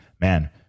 man